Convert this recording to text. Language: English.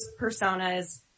personas